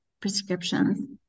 prescriptions